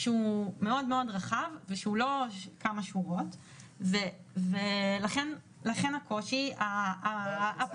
שהוא מאוד מאוד רחב ושהוא לא כמה שורות ולכן הקושי הפרקטי.